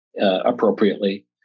Appropriately